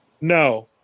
no